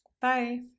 Bye